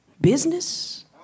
Business